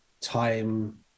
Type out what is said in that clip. time